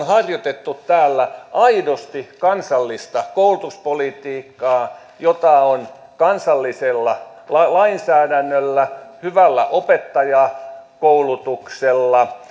harjoittaneet täällä aidosti kansallista koulutuspolitiikkaa jota on kansallisella lainsäädännöllä hyvällä opettajakoulutuksella